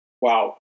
Wow